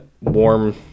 warm